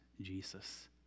Jesus